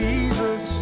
Jesus